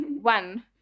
one